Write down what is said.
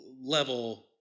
level